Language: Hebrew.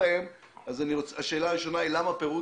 אז השאלה הראשונה שלי היא למה פירוט